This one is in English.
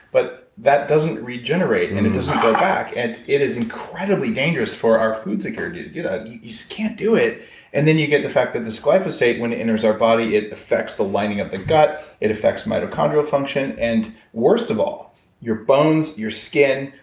but that doesn't regenerate and it doesn't grow back. and it is incredibly dangerous for our food security to do that. you just can't do it and then you get the fact that this glyphosate when it enters our body it effects the lining of the gut, it effect mitochondrial function, and worst of all your bones, your skin,